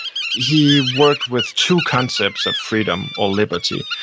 he worked with two concepts of freedom or liberty,